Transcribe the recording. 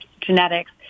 genetics